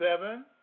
Seven